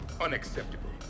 Unacceptable